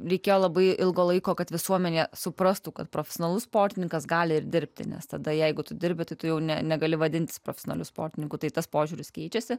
likę labai ilgo laiko kad visuomenė suprastų kad profesionalus sportininkas gali ir dirbti nes tada jeigu tu dirbi tai tu jau ne negali vadintis profesionaliu sportininku tai tas požiūris keičiasi